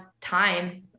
time